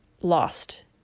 lost